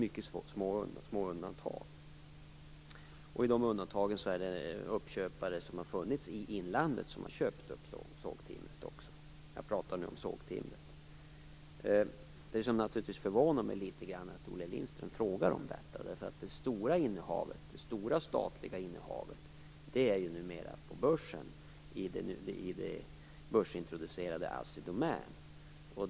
Det finns några mycket små undantag, men då är det fråga om uppköpare i inlandet som har köpt upp sågtimret - jag pratar nu om sågtimret. Det förvånar mig naturligtvis litet grand att Olle Lindström frågar om detta. Det stora statliga innehavet finns numera på börsen i det börsintroducerade Assi Domän.